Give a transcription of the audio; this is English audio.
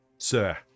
Sir